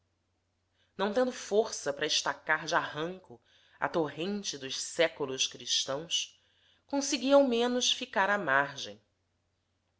não tendo força para estacar de arranco a torrente dos séculos cristãos consegui ao menos ficar a margem